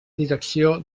direcció